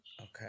Okay